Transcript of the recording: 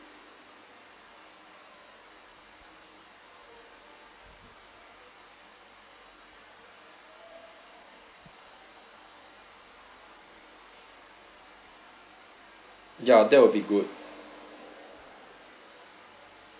yeah that'll be good